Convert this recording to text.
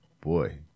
boy